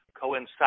coincide